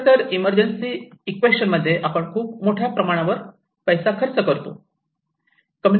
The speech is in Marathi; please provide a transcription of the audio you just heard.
खरंतर इमर्जन्सी इक्वेशन मध्ये आपण खूप मोठ्या प्रमाणावर पैसा खर्च करतो